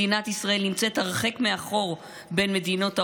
מדינת ישראל נמצאת הרחק מאחור בין מדינות ה-OECD,